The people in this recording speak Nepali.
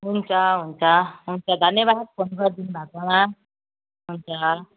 हुन्छ हुन्छ हुन्छ धन्यवाद फोन गरिदिनु भएकोमा हुन्छ